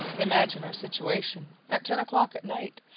imagine our situation, at ten o'clock at night,